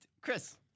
Chris